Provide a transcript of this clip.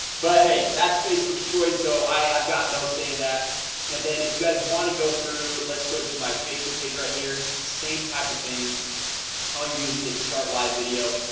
but hey that's facebook's choice so i i've got no saying that and then if you guys want to go through let's go to my facebook page right here same type of thing all you do is hit start live video,